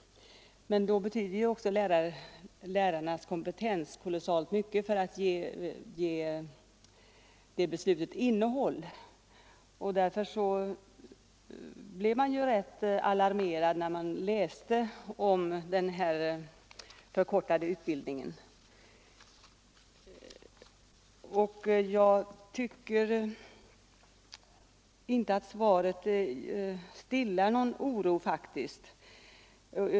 Men då betyder också lärarnas kompetens mycket för att ge det beslutet innehåll. Därför blev man rätt alarmerad när man läste om den här förkortade utbildningen. Jag tycker inte att svaret stillar någon oro.